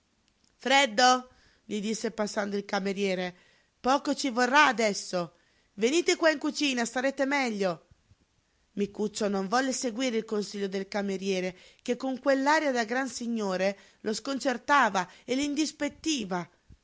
freddo gli disse passando il cameriere poco ci vorrà adesso venite qua in cucina starete meglio micuccio non volle seguire il consiglio del cameriere che con quell'aria da gran signore lo sconcertava e l'indispettiva si